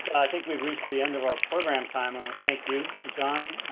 i think we've reached the end of our program time. thank you john,